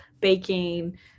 baking